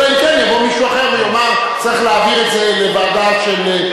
אלא אם כן יבוא מישהו אחר ויאמר: צריך להעביר את זה לוועדת ההסכמות.